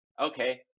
okay